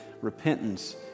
repentance